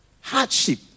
hardship